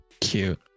Cute